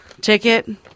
ticket